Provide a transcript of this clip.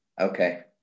Okay